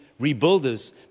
rebuilders